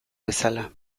bezala